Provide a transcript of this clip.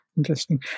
Interesting